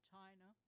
China